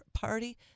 Party